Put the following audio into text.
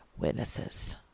witnesses